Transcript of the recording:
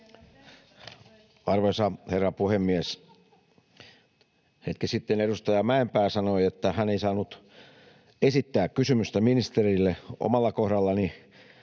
Arvoisa herra puhemies! Hetki sitten edustaja Mäenpää sanoi, että hän ei saanut esittää kysymystä ministerille. Omalla kohdallani